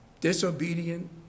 disobedient